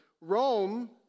Rome